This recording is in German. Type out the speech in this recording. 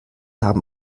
haben